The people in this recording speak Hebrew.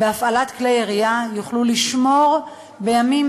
בהפעלת כלי ירייה יוכלו לשמור בימים